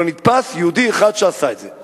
לא נתפס יהודי אחד שעשה את זה.